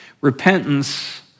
Repentance